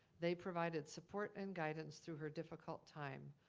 they provided support and guidance through her difficult time.